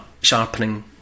sharpening